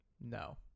No